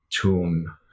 tune